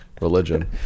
religion